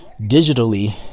digitally